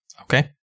Okay